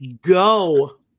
Go